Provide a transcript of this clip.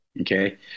Okay